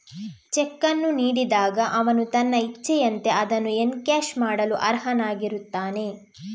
check ಅನ್ನು ನೀಡಿದಾಗ ಅವನು ತನ್ನ ಇಚ್ಛೆಯಂತೆ ಅದನ್ನು ಎನ್ಕ್ಯಾಶ್ ಮಾಡಲು ಅರ್ಹನಾಗಿರುತ್ತಾನೆ